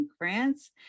grants